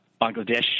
Bangladesh